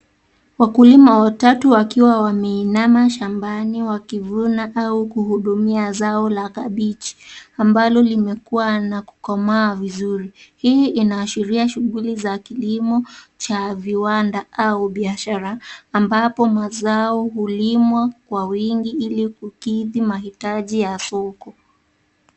Wakulima watatu wakiwa wameinama shambani wakivuna au kuhudumia zao la kabichi ambalo limekua na kukomaa vizuri. Hii inaashiria shughuli za kilimo cha viwanda au biashara ambapo mazao hulimwa kwa wingi ili kukidhi mahitaji ya soko.